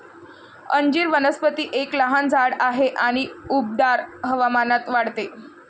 अंजीर वनस्पती एक लहान झाड आहे आणि उबदार हवामानात वाढते